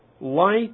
light